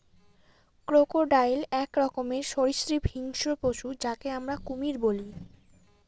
crocodile এক রকমের সরীসৃপ হিংস্র পশু যাকে আমরা কুমির বলি